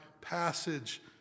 passage